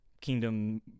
kingdom